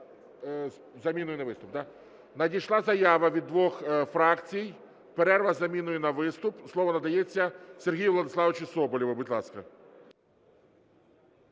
Надійшла заява від двох фракцій – перерва з заміною на виступ. Слово надається Сергію Владиславовичу Соболєву, будь ласка.